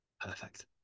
perfect